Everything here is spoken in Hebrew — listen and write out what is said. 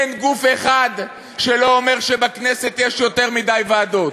אין גוף אחד שלא אומר שבכנסת יש יותר מדי ועדות.